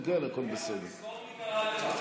לא היית פקיד, תמיד היית ראש אגף.